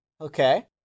Okay